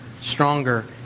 Stronger